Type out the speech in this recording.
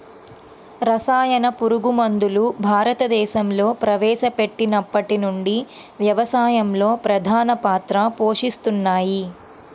రసాయన పురుగుమందులు భారతదేశంలో ప్రవేశపెట్టినప్పటి నుండి వ్యవసాయంలో ప్రధాన పాత్ర పోషిస్తున్నాయి